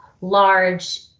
large